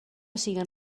siguen